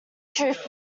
truth